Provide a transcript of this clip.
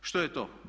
Što je to?